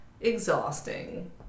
exhausting